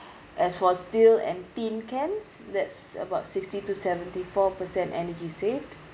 as for steel and tin cans that's about sixty to seventy four percent energy saved